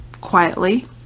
quietly